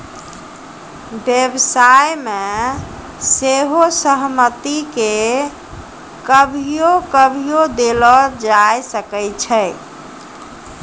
व्यवसाय मे सेहो सहमति के कभियो कभियो देलो जाय सकै छै